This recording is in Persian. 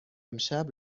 امشب